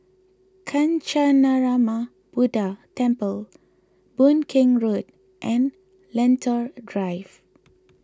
Kancanarama Buddha Temple Boon Keng Road and Lentor Drive